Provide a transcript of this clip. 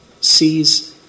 sees